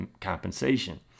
compensation